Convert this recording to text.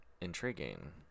intriguing